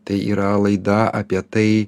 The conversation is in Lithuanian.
tai yra laida apie tai